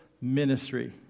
ministry